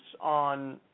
on